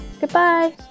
goodbye